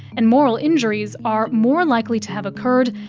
and moral injuries are more likely to have occurred,